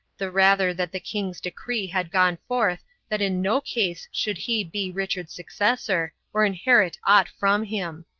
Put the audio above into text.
the rather that the king's decree had gone forth that in no case should he be richard's successor, or inherit aught from him.